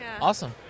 Awesome